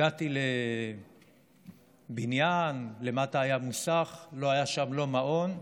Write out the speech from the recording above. הגעתי לבניין, למטה היה מוסך, לא היה שם לא מעון,